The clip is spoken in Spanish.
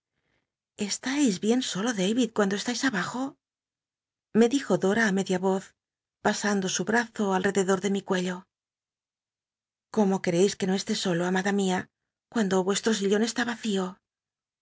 estais bien solo david cuando estais abajo me dij o dora í media voz pasando su brazo alrededor de mi cuello cómo quereis que no esté solo amada mia cuando vuestro sillon esui vacío